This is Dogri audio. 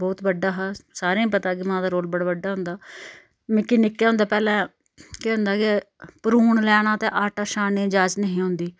बोह्त बड्डा हा सारें ई पता कि मां दा रोल बड़ा बड्डा होंदा मिकी निक्के होंदे पैह्लें केह् होंदा के पुरुन लैना ते आटा छानने जाच नेही औंदी